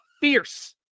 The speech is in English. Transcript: fierce